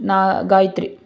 ನಾ ಗಾಯತ್ರಿ